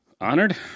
honored